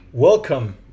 Welcome